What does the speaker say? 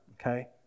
okay